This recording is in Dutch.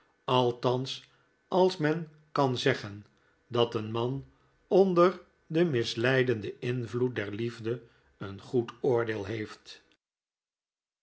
althans als men kan zeggen dat een man onder den misleidenden invloed der liefde een goed oordeel heeft